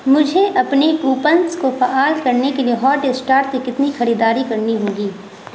مجھے اپنے کوپنس کو فعال کرنے کے لیے ہاٹ اسٹارٹ کی کتنی خریداری کرنی ہوگی